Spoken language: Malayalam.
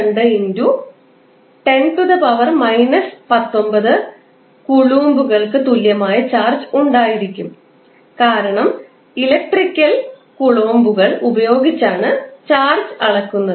602 ∗ 10 19 കൂലോംബുകൾക്ക് തുല്യമായ ചാർജ് ഉണ്ടായിരിക്കും കാരണം ഇലക്ട്രിക് കൂലോംബുകൾ ഉപയോഗിച്ചാണ് ചാർജ് അളക്കുന്നത്